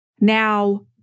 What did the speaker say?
Now